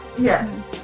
yes